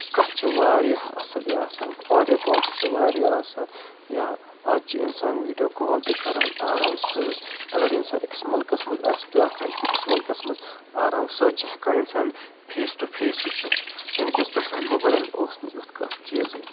کَتھ چھِ واریاہ اصٕل یہِ آسان آڈیو کال تہِ چھِ واریاہ آسان یا از چھِ اِنسان وِیٖڈیو کال تہِ کران آرام سۭتۍ اگر اِنسان أکِس مُلکَس منٛز آسہِ بیاکھ آسہِ بیٚکِس مُلکَس منٛز آرام سۭتۍ چھِ ہٮ۪کان اِنسان فیس ٹُہ فیس وِٕچھِتھ یعنی کہ بہرمَن موبایِلَن اوس نہٕ یُتھ کانٛہہ چیٖزٕے